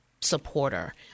supporter